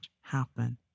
happen